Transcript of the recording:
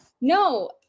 no